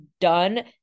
done